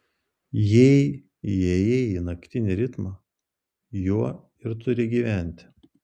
jei įėjai į naktinį ritmą juo ir turi gyventi